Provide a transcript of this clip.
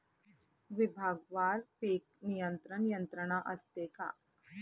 विभागवार पीक नियंत्रण यंत्रणा असते का?